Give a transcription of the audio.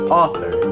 author